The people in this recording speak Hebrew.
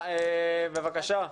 בבקשה.